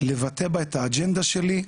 לבטא בה את האג'נדה שלי,